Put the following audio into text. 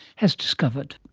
has discovered.